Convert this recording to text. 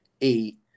eight